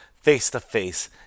face-to-face